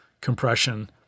compression